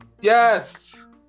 Yes